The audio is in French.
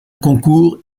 concours